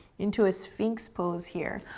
into a sphynx pose here.